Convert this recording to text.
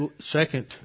second